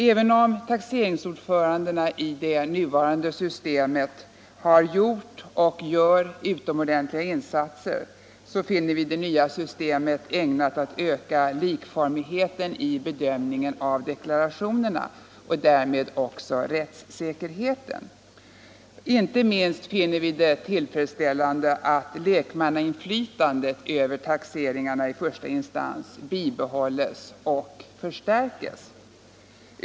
Även om taxeringsnämndsordförandena i det nuvarande systemet har gjort och gör utomordentliga in satser, finner vi det nya systemet ägnat att öka likformigheten i bedömningen av deklarationerna och därmed också rättssäkerheten. Inte minst finner vi det tillfredsställande att lekmannainflytandet över taxeringarna i första instans bibehålles och förstärkes.